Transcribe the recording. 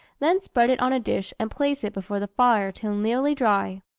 then spread it on a dish and place it before the fire till nearly dry.